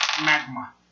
Magma